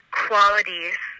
qualities